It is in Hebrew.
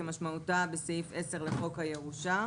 פתרונות ולמזער את הנזק ולמזער את הפגיעה.